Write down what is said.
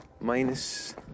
Minus